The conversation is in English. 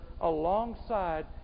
alongside